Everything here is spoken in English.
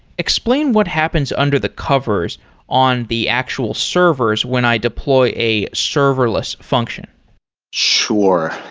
explain what happens under the covers on the actual servers when i deploy a serverless function sure.